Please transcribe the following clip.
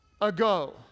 ago